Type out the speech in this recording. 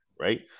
right